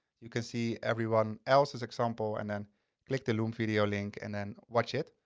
you can see everyone else's example and then click the loom video link and then watch it.